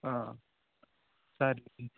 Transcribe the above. ಹಾಂ ಸರಿ